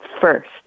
first